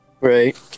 Right